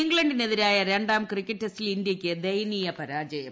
ഇംഗ്ലണ്ടിനെതിരായ രണ്ടാം ക്രിക്കറ്റ് ടെസ്റ്റിൽ ഇന്തൃയ്ക്ക് ദയനീയ പരാജയം